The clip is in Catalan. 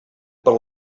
per